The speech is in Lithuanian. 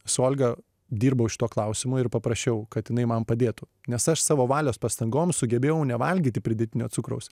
su olga dirbau šituo klausimu ir paprašiau kad jinai man padėtų nes aš savo valios pastangom sugebėjau nevalgyti pridėtinio cukraus